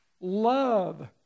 Love